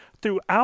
throughout